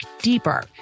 deeper